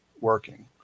working